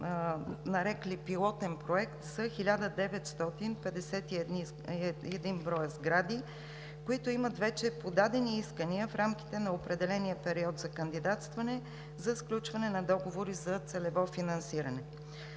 нарекли „пилотен проект за 1951 броя сгради“, които имат вече подадени искания в рамките на определения период за кандидатстване за сключване на договори за целево финансиране.